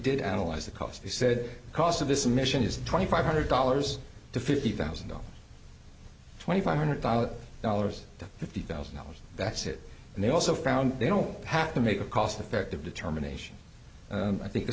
did analyze the cost they said cost of this mission is twenty five hundred dollars to fifty thousand dollars twenty five hundred dollars to fifty thousand dollars that's it and they also found they don't have to make a cost effective determination i think the